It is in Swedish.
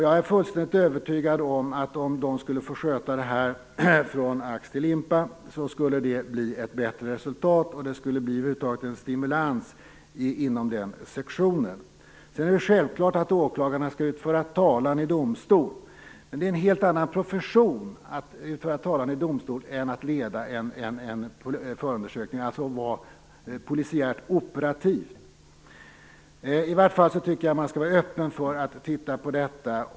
Jag är fullständigt övertygad om att om den skulle få sköta detta från ax till limpa skulle det bli ett bättre resultat och över huvud taget en stimulans inom den sektionen. Det är självklart att det är åklagarna som skall föra talan i domstol. Men det är en helt annan profession att föra talan i domstol än att leda en förundersökning, dvs. att vara polisiärt operativ. I vart fall tycker jag att man skall vara öppen för att titta på detta.